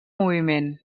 moviment